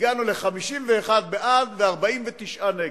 הגענו ל-51% בעד ו-49% נגד.